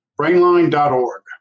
Brainline.org